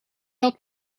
dat